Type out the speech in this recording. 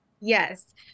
Yes